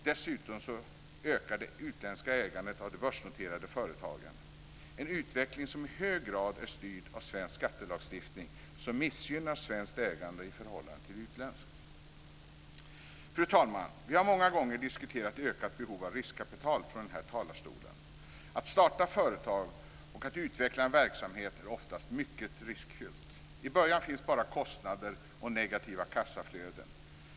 Dessutom ökar det utländska ägandet av de börsnoterade företagen - en utveckling som i hög grad är styrd av svensk skattelagstiftning, vilken missgynnar svenskt ägande i förhållande till utländskt. Fru talman! Vi har många gånger diskuterat ökat behov av riskkapital från den här talarstolen. Att starta företag och att utveckla en verksamhet är oftast mycket riskfyllt. I början finns bara kostnader och negativa kassaflöden.